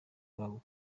bwangu